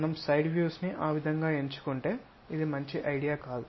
మనం side views ని ఆ విధంగా ఎంచుకుంటే ఇది మంచి ఐడియా కాదు